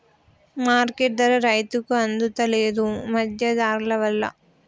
market ధర రైతుకు అందుత లేదు, మధ్య దళారులవల్ల